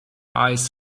eyes